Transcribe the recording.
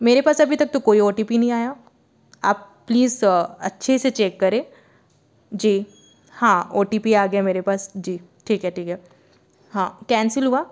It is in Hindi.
मेरे पास अभी तक तो कोई ओ टी पी नहीं आया आप प्लीज़ अच्छे से चेक करें जी हाँ ओ टी पी आ गया है मेरे पास ठीक है ठीक है हाँ कैंसिल हुआ